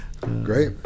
Great